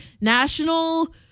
National